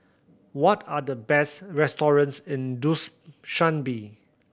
what are the best restaurants in